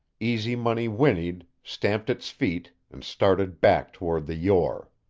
easy money whinnied, stamped its feet, and started back toward the yore.